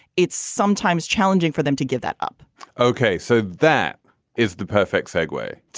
it's sometimes challenging for them to give that up okay so that is the perfect segue